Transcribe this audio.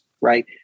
right